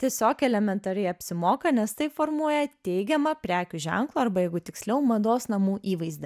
tiesiog elementariai apsimoka nes tai formuoja teigiamą prekių ženklą arba jeigu tiksliau mados namų įvaizdį